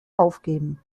aufgeben